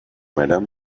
madam